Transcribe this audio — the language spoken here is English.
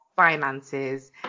finances